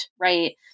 Right